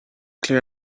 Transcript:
clear